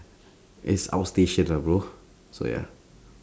it's outstation lah bro so ya